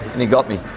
and he got me.